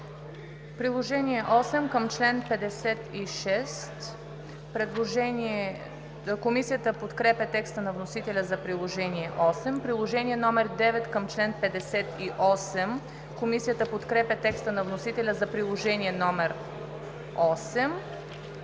Приложение № 8 към чл. 56. Комисията подкрепя текста на вносителя за Приложение № 9 към чл. 58. Комисията подкрепя текста на вносителя за Приложение № 10.